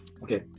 okay